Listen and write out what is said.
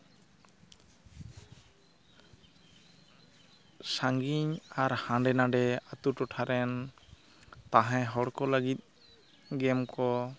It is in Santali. ᱥᱟᱺᱜᱤᱧ ᱟᱨ ᱦᱟᱸᱰᱮ ᱱᱟᱰᱮ ᱟᱹᱛᱩ ᱴᱚᱴᱷᱟ ᱨᱮᱱ ᱛᱟᱦᱮᱸ ᱦᱚᱲ ᱠᱚ ᱞᱟᱹᱜᱤᱫ ᱜᱮᱢ ᱠᱚ